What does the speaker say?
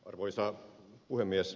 arvoisa puhemies